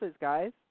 guys